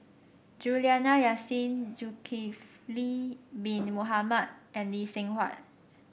Juliana Yasin Zulkifli Bin Mohamed and Lee Seng Huat